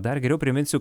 dar geriau priminsiu